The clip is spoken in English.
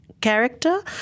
character